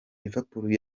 liverpool